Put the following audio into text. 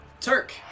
Turk